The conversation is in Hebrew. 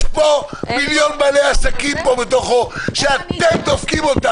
יש פה מיליון בעלי עסקים בתוכו שאתם דופקים.